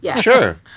Sure